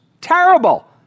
Terrible